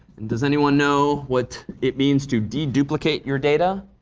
does anyone know what it means to deduplicate your data?